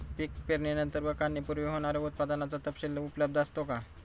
पीक पेरणीनंतर व काढणीपूर्वी होणाऱ्या उत्पादनाचा तपशील उपलब्ध असतो का?